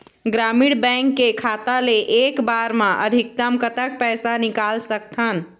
ग्रामीण बैंक के खाता ले एक बार मा अधिकतम कतक पैसा निकाल सकथन?